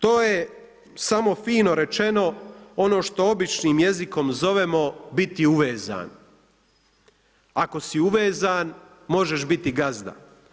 To je samo fino rečeno ono što običnim jezikom zovemo biti uvezani, ako si uvezan, možeš biti gazda.